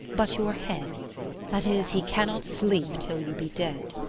but your head that is, he cannot sleep till you be dead.